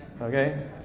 Okay